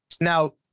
now